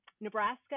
Nebraska